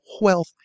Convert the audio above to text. wealth